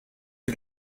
you